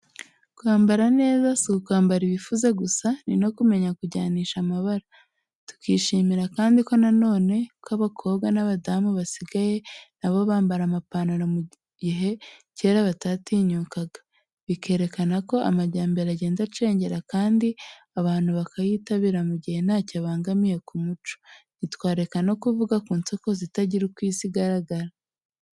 Kwambara neza si ukwambara ibifuze gusa ni no kumenya kujyanisha amabara. Tukishimira kandi na none ko abakobwa n'abadamu basigaye na bo bambara amapantaro mu gihe kera batabitinyukaga. Bikerekana ko amajyambere agenda acengera kandi abantu bakayitabira mu gihe ntacyo abangamiye ku muco. Ntitwareka no kuvuga ku nsokozo itagira uko isa igaragara.